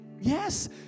Yes